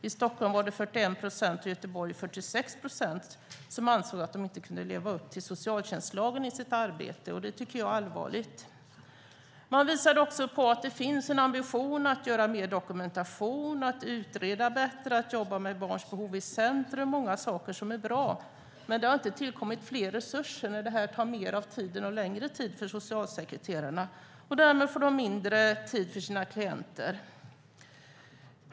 I Stockholm var det 41 procent och i Göteborg 46 procent som ansåg att de inte kunde leva upp till socialtjänstlagen i sitt arbete. Det tycker jag är allvarligt. Man visade också på att det finns en ambition att göra mer dokumentation, att utreda bättre och att arbeta med barns behov i centrum. Det är många saker som är bra, men det har inte tillkommit mer resurser. Det här tar mer tid och längre tid för socialsekreterarna och därmed får de mindre tid för sina klienter.